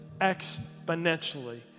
exponentially